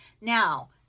Now